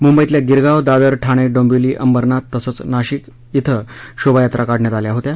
मुंबईतल्या गिरगाव दादर ठाणे डोंबिवलीअंबरनाथ तसंच नाशिक शोभायात्रा काढण्यात आल्या होत्या